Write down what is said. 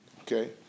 okay